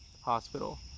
hospital